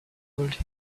pulled